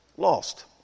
Lost